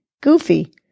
goofy